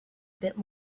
bit